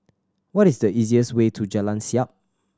what is the easiest way to Jalan Siap